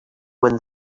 when